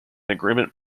agreement